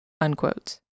unquote